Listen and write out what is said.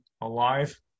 alive